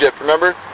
Remember